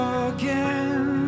again